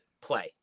play